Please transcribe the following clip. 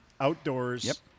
outdoors